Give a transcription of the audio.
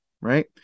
right